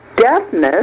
deafness